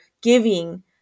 giving